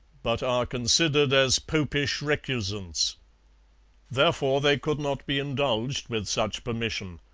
but are considered as popish recusants therefore they could not be indulged with such permission.